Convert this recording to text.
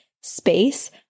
space